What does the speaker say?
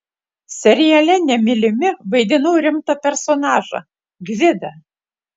seriale nemylimi vaidinau rimtą personažą gvidą